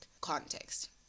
context